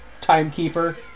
timekeeper